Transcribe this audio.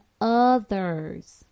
others